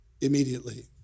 immediately